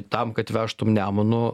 tam kad vežtum nemunu